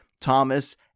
Thomas